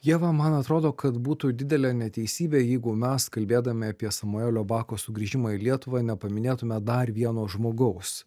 ieva man atrodo kad būtų didelė neteisybė jeigu mes kalbėdami apie samuelio bako sugrįžimą į lietuvą nepaminėtume dar vieno žmogaus